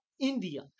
India